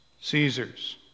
Caesar's